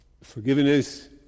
Forgiveness